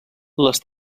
les